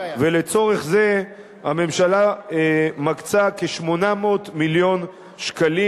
לצורך זה הממשלה מקצה כ-800 מיליון שקלים